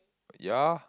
ya